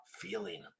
feeling